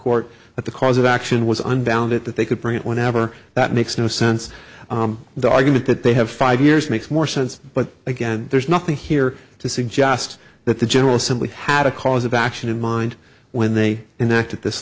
court but the cause of action was unbound it that they could bring it whenever that makes no sense the argument that they have five years makes more sense but again there's nothing here to suggest that the general assembly had a cause of action in mind when they enact this